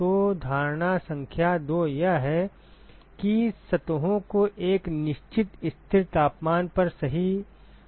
तो धारणा संख्या 2 यह है कि सतहों को एक निश्चित स्थिर तापमान पर सही रखा जाता है